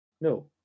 No